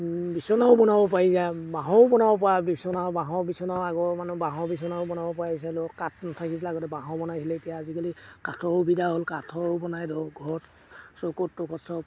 বিচনাও বনাব পাৰি যায় বাঁহৰো বনাব পৰা বিচনা বাঁহৰ বিচনাও আগৰ মানে বাঁহৰ বিচনাও বনাব পাৰিছিলোঁ কাঠ নাথাকিলে আগতে বাঁহৰ বনাইছিলে এতিয়া আজিকালি কাঠৰো সুবিধা হ'ল কাঠৰো বনায় ধৰক ঘৰক চৌকঠ টৌকত সব